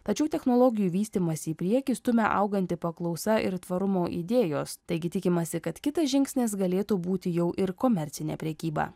tačiau technologijų vystymąsi į priekį stumia auganti paklausa ir tvarumo idėjos taigi tikimasi kad kitas žingsnis galėtų būti jau ir komercinė prekyba